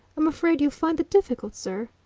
i'm afraid you'll find that difficult, sir.